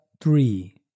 three